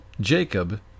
Jacob